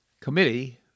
committee